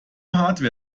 hardware